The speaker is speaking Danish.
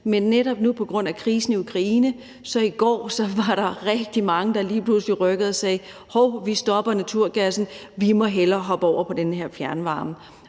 Men netop nu på grund af krisen i Ukraine var der så i går rigtig mange, der lige pludselig rykkede og sagde: Hov, vi stopper med naturgassen, vi må hellere hoppe over på den her fjernvarme.